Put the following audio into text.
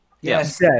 Yes